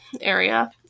area